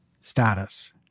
status